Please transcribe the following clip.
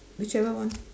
whichever one